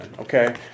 Okay